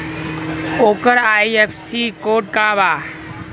ओकर IFSC code का बा?